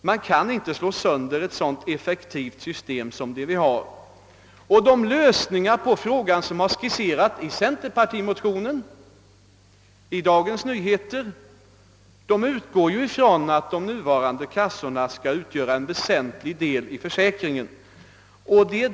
Man kan inte slå sönder ett så effektivt system som det vi har, och de lösningar på frågan som skisserasicenterpartimotionen och i Dagens Nyheter utgår ifrån att de nuvarande kassorna skall utgöra en väsentlig del i försäkringen.